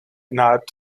innerhalb